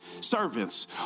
Servants